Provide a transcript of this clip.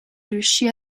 riuscì